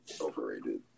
overrated